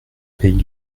pays